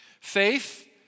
Faith